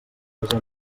desè